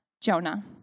Jonah